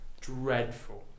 Dreadful